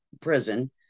prison